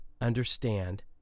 understand